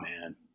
man